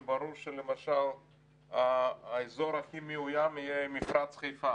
וברור שלמשל האזור הכי מאוים יהיה מפרץ חיפה